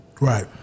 Right